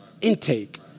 intake